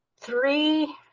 three